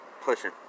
Pushing